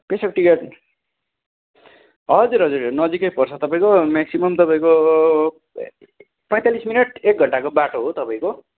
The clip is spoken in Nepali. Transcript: पेसोक टी गार्डन हजुर हजुर नजिकै पर्छ तपाईँको म्याक्सिमम तपाईँको पैतालिस मिनट एक घन्टाको बाटो हो तपाईँको